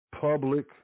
public